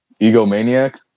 Egomaniac